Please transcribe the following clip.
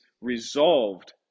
resolved